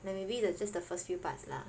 then maybe just the first few parts lah